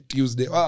Tuesday